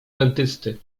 dentysty